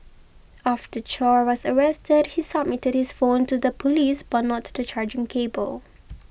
after Chow was arrested he submitted his phone to the police but not the charging cable